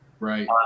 Right